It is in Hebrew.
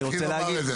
אני רוצה להגיד,